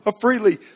freely